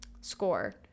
score